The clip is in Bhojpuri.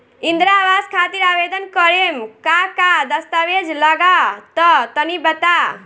इंद्रा आवास खातिर आवेदन करेम का का दास्तावेज लगा तऽ तनि बता?